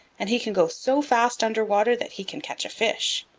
and he can go so fast under water that he can catch a fish.